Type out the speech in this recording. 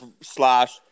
slash